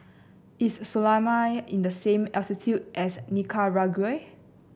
is Somalia in the same latitude as Nicaragua